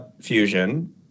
fusion